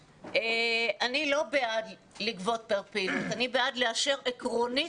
אני לא בעד לגבות מראש אלא בעד לאשר עקרונית